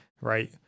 right